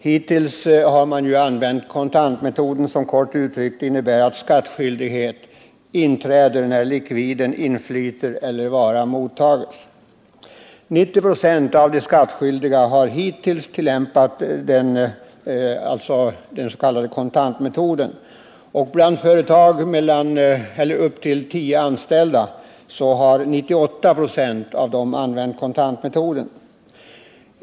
Hittills har man använt kontantmetoden, som i korthet innebär att skattskyldighet inträder när likviden inflyter eller varan mottagits. 90 926 av de skattskyldiga har hittills tillämpat kontantmetoden. Av företag med upp till tio anställda har 98 926 använt kontantmetoden.